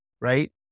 right